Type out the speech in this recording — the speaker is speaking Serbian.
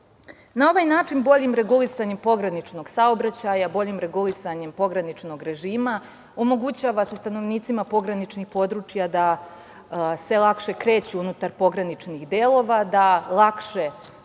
ovaj način, boljim regulisanjem pograničnog saobraćaja, boljim regulisanjem pograničnog režima, omogućava se stanovnicima pograničnih područja da se lakše kreću unutar pograničnih delova, da lakše